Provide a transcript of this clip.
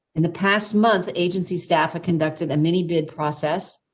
in the past month agency staff, a conducted a mini bid process.